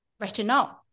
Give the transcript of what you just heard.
retinol